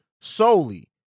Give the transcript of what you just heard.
solely